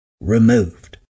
removed